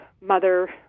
mother